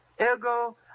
Ergo